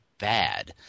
bad